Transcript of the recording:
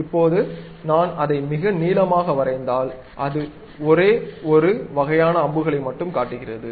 இப்போது நான் அதை மிக நீளமாக வரைந்தால் அது ஒரே ஒரு வகையான அம்புகளை மட்டுமே காட்டுகிறது